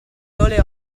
sole